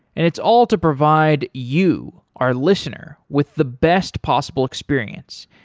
and it's all to provide you our listener with the best possible experience.